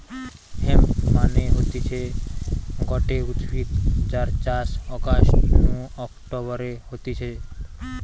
hemp মানে হতিছে গটে উদ্ভিদ যার চাষ অগাস্ট নু অক্টোবরে হতিছে